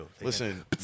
listen